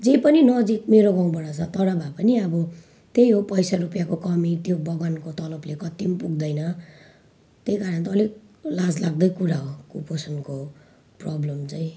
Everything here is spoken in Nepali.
जे पनि नजिक मेरो गाउँबाट छ तर भए पनि अब त्यही हो पैसा रुपियाँको कमी त्यो बगानको तलबले कत्ति पनि पुग्दैन त्यही कारण त अलिक लाजलाग्दै कुरा हो कुपोषणको प्रब्लम चाहिँ